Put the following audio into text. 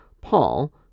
Paul